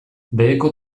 beheko